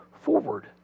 forward